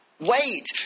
Wait